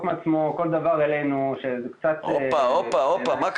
מעצמו כל דבר אלינו שזה קצת --- מה קרה,